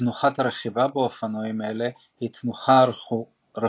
תנוחת הרכיבה באופנועים אלה היא תנוחה רכונה,